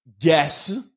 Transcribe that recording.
guess